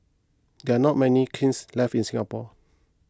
there are not many kilns left in Singapore